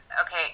okay